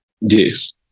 yes